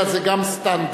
אלא זה גם סטנדרט.